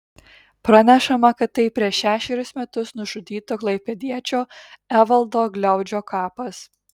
pranešama kad tai prieš šešerius metus nužudyto klaipėdiečio evaldo gliaudžio kapas